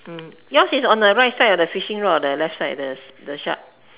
yours is on the right side of the fishing rod or the left side the the shark